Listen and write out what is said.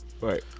Right